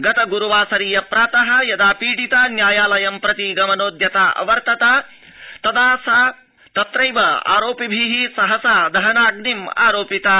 गत ग्रुवासरीय प्रात यदा पीडिता न्यायालयं प्रति गमनोद्यता अवर्तत तदैव सा आरोपिभि सहसा दहनाग्निमारोपिता